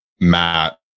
Matt